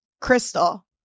crystal